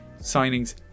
signings